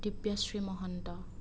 Dibyashree Mahanta